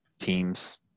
teams